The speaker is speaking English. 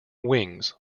wings